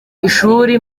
ishuri